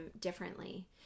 differently